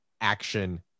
action